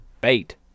bait